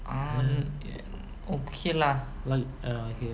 um okay lah err